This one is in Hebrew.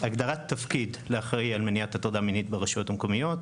הגדרת תפקיד לאחראי על מניעת הטרדה מינית ברשויות המקומיות.